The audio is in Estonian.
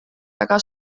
väga